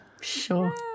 Sure